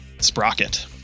Sprocket